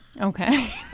Okay